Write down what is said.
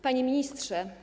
Panie Ministrze!